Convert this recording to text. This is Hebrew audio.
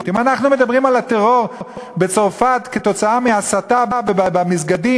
אם אנחנו מדברים על הטרור בצרפת כתוצאה מהסתה במסגדים,